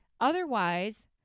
Otherwise